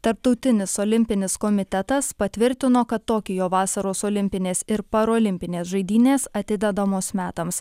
tarptautinis olimpinis komitetas patvirtino kad tokijo vasaros olimpinės ir parolimpinės žaidynės atidedamos metams